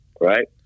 right